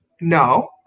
No